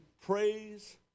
praise